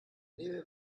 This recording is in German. nebel